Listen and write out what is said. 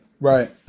Right